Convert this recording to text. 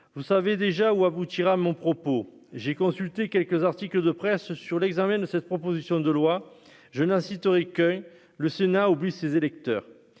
vous savez déjà où aboutira mon propos, j'ai consulté quelques articles de presse sur l'examen de cette proposition de loi je n'incite cueille le Sénat oublie ses électeurs,